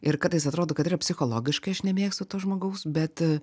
ir kartais atrodo kad yra psichologiškai aš nemėgstu to žmogaus bet